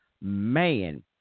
man